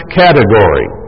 category